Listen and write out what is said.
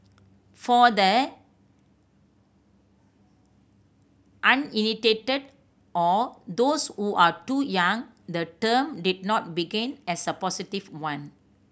for the uninitiated or those who are too young the term did not begin as a positive one